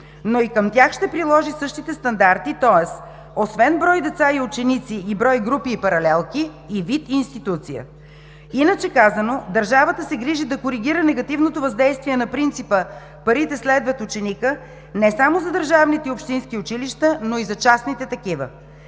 но и към тях ще приложи същите стандарти, тоест освен брой деца и ученици и брой групи и паралелки, и вид институция. Иначе казано, държавата се грижи да коригира негативното въздействие на принципа – парите следват ученика, не само за държавните и общински училища, но и за частните такива.